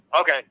Okay